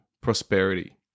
prosperity